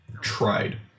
tried